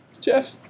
Jeff